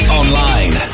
online